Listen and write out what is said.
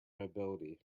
nobility